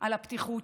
על הפתיחות,